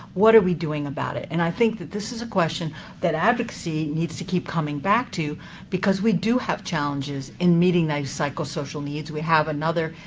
what are we doing about it? and i think that this is a question that advocacy needs to keep coming back to because we do have challenges in meeting those psychosocial needs. we have another,